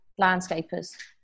landscapers